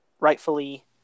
rightfully –